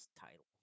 title